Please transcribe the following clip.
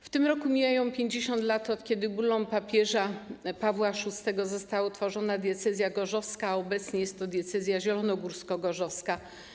W tym roku mija 50 lat, od kiedy bullą papieża Pawła VI została utworzona diecezja gorzowska, obecnie jest to diecezja zielonogórsko-gorzowska.